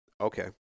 okay